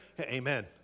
Amen